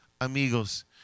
amigos